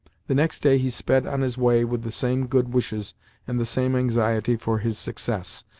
the next day, he sped on his way with the same good wishes and the same anxiety for his success,